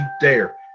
dare